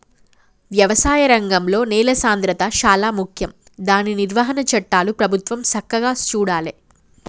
వ్యవసాయ రంగంలో నేల సాంద్రత శాలా ముఖ్యం దాని నిర్వహణ చట్టాలు ప్రభుత్వం సక్కగా చూడాలే